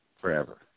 forever